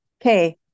Okay